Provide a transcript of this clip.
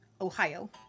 Ohio